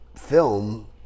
film